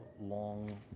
long